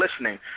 listening